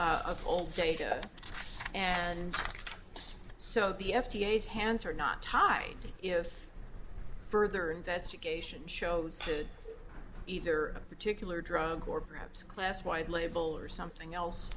of old data and so the f d a is hands are not tied if further investigation shows either a particular drug or perhaps class wide label or something else